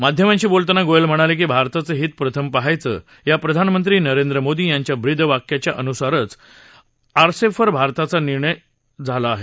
माध्यमांशी बोलताना गोयल म्हणाले की भारताचं हित प्रथम पहायचं या प्रधानमंत्री नरेंद्र मोदी यांच्या ब्रीदवाक्याच्या अनुसारच आरसेपवर भारताचा निर्णय आहे